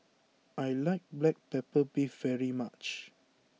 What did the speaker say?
I like Black Pepper Beef very much